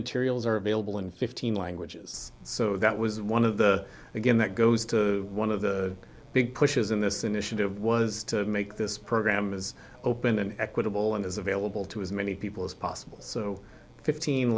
materials are available in fifteen languages so that was one of the again that goes to one of the big pushes in this initiative was to make this program as open and equitable and as available to as many people as possible so fifteen